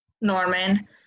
Norman